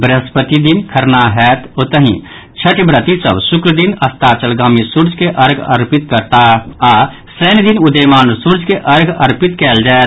वृहस्पति दिन खरनाक होयत ओतहि छठिव्रति सभ शुक्र दिन अस्ताचलगामी सूर्य के अर्घ्य अर्पित करताह आओर शनि दिन उदीयमान सूर्य के अर्घ्य अर्पित कयल जायत